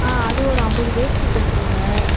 ஆ அது ஒரு ஐம்பது வேஷ்டி கொடுத்துருங்க